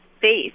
face